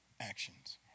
actions